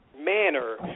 manner